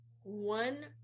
one